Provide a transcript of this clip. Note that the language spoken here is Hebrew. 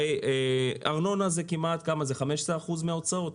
הרי ארנונה היא בין 12% 15% מן ההוצאות.